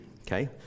okay